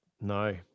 No